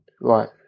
Right